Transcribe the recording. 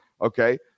okay